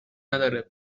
نداره